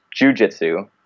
jujitsu